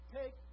take